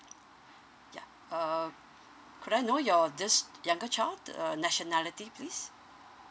ya uh could I know your this younger child the uh nationality please